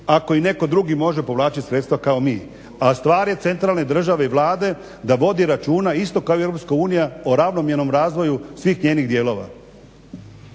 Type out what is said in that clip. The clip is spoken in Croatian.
ako i netko drugi može povlačiti sredstva kao i mi. A stvar je centralne državne i Vlade da vodi računa isto kao i EU o ravnomjernom razvoju svih njenih dijelova.